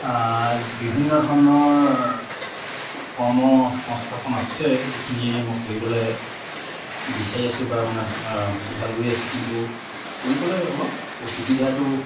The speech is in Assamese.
বিভিন্ন ধৰণৰ কৰ্ম সংস্থাপন আছে এইখিনিয়েই মোক কৰিবলৈ বিচাৰি আছো বা মানে সুবিধা লৈ আছো কিন্তু কৰিবলৈ অলপ অসুবিধাটো